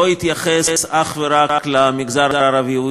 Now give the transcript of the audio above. לא התייחס אך ורק למגזר הערבי.